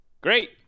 Great